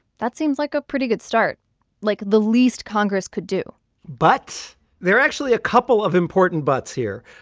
that seems like a pretty good start like, the least congress could do but there are actually a couple of important buts here.